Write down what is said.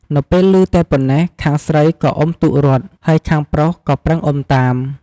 នៅពេលឮតែប៉ុណ្ណេះ ខាងស្រីក៏អុំទូករត់ ហើយខាងប្រុសក៏ប្រឹងអុំតាម ។